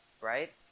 Right